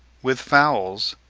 with fowls,